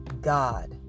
God